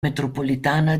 metropolitana